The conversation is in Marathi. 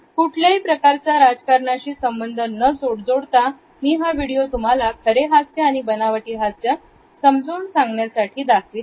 कुठल्याही प्रकारचा राजकारणाची संबंध न सोडता मी हा व्हिडीओ तुम्हाला खरे हास्य आणि बनावटी हास्य समजून सांगण्यासाठी दाखवित आहे